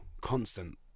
constant